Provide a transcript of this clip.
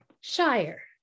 Shire